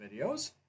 videos